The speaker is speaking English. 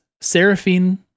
Seraphine